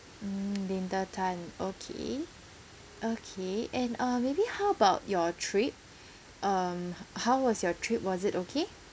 mm linda tan okay okay and uh maybe how about your trip um how was your trip was it okay